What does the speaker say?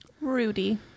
Rudy